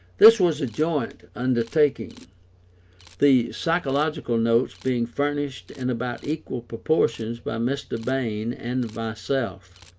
this was a joint undertaking the psychological notes being furnished in about equal proportions by mr. bain and myself,